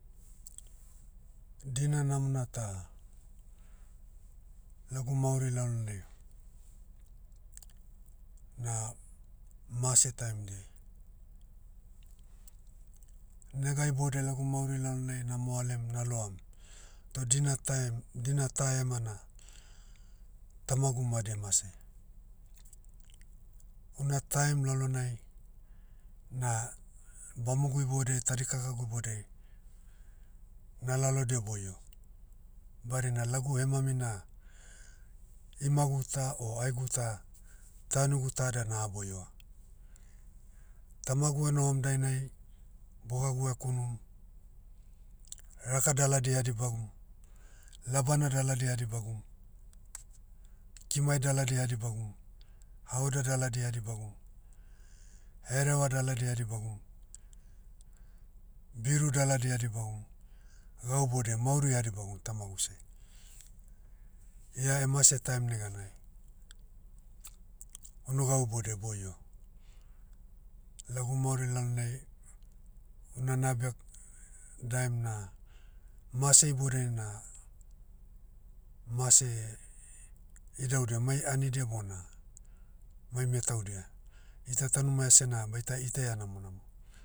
Dina namona ta, lagu mauri lalonai, na, mase taim diai. Nega iboudiai lagu mauri lalonai na moalem na loam, toh dina tai- dina ta ema na, tamagu madi emase. Una taim lalonai, na, bamogu iboudiai tadi kakagu boudei, na lalodia boio. Badina lagu hemami na, imagu ta o aegu ta, tanigu ta da naha boioa. Tamagu enohom dainai, bogagu ekunum, raka daladi eha dibagu, labana daladi eha dibagum, kimai daladi eha dibagum, haoda daladi eha dibagum, hereva daladi eha dibagum, biru daladi eha dibagum, gau boudia mauri eha dibagu tamaguse. Ia emase taim neganai, unu gau boudia eboio. Lagu mauri lalonai, una nabia, daem na, mase iboudiai na, mase, idaudia mai anidia bona, mai metaudia. Ita taunima esena baita itaia namo namo.